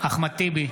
אחמד טיבי,